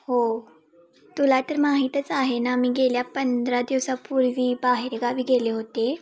हो तुला तर माहीतच आहे ना मी गेल्या पंधरा दिवसापूर्वी बाहेरगावी गेले होते